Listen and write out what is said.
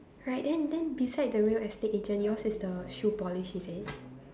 right then then beside the real estate agent yours is the shoe polish is it